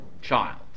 child